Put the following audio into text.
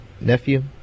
nephew